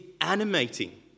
animating